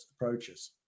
approaches